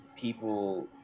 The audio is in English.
People